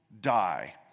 die